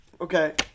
Okay